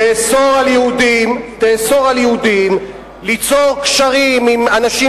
תאסור על יהודים ליצור קשרים עם אנשים